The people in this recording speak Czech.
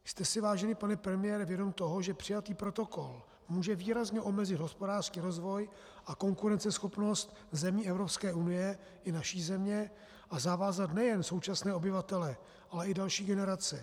Jste si, vážený pane premiére, vědom toho, že přijatý protokol může výrazně omezit hospodářský rozvoj a konkurenceschopnost zemí Evropské unie i naší země a zavázat nejen současné obyvatele, ale i další generace?